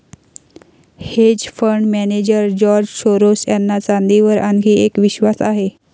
hedge fund manager George Soros यांचा चांदीवर आणखी एक विश्वास आहे